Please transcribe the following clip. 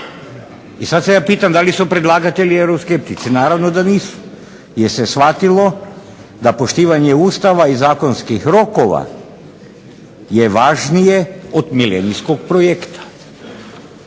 I sad se ja pitam da li su predlagatelji euroskeptici? Naravno da nisu, jer se shvatilo da poštivanje Ustava i zakonskih rokova je važnije od milenijskog projekta.